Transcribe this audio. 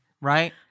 right